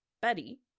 Betty